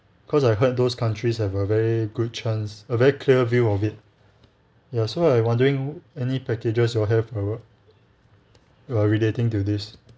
because I heard those countries have a very good chance a very clear view of it ya so I wondering any packages you all have for err relating to this